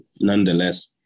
nonetheless